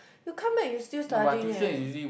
you come back you still studying eh